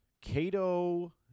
Cato